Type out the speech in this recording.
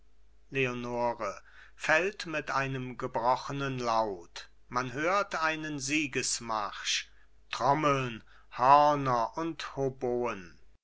leonore fällt mit einem gebrochenen laut man hört einen siegesmarsch trommeln hörner und